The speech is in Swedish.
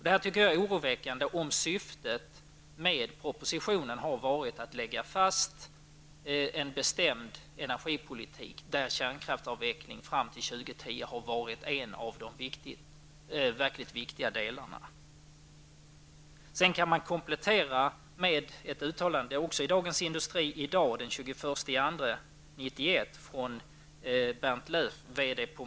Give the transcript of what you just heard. Det är oroväckande om syftet med propositionen har varit att slå fast en bestämd energipolitik med kärnkraftsavveckling fram till 2010 som en viktig del. Jag vill komplettera med ett uttalande i Dagens Industri som Bernt Löf, f.d. VD på MoDo, gjorde i dag den 21 februari.